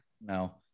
no